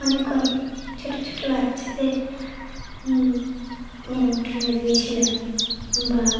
অনেক অনেক ছোটো ছোটো বাচ্চাদের নিমন্ত্রণও দিয়েছিলাম বা